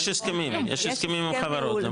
יש הסכמים, יש הסכמים עם חברות.